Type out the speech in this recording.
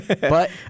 But-